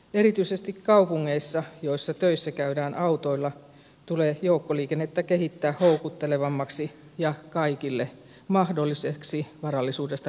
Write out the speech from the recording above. erityisesti kaupungeissa joissa töissä käydään autoilla tulee joukkoliikennettä kehittää houkuttelevammaksi ja kaikille mahdolliseksi varallisuudesta riippumatta